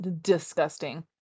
disgusting